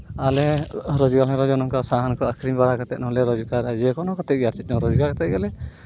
ᱟᱞᱮ ᱨᱳᱡᱽᱜᱟᱨ ᱥᱟᱦᱟᱱᱠᱚ ᱟᱹᱠᱷᱨᱤᱧ ᱵᱟᱲᱟ ᱠᱟᱛᱮᱫ ᱦᱚᱸ ᱞᱮ ᱨᱳᱡᱽᱜᱟᱨᱟ ᱡᱮᱠᱳᱱᱳ ᱠᱟᱛᱮ ᱜᱮ ᱟᱨ ᱨᱳᱡᱽᱜᱟᱨ ᱠᱮᱫᱜᱮ ᱞᱮ